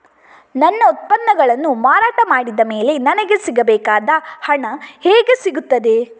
ನನ್ನ ಉತ್ಪನ್ನಗಳನ್ನು ಮಾರಾಟ ಮಾಡಿದ ಮೇಲೆ ನನಗೆ ಸಿಗಬೇಕಾದ ಹಣ ಹೇಗೆ ಸಿಗುತ್ತದೆ?